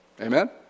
amen